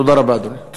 תודה רבה, אדוני.